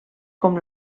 com